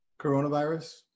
coronavirus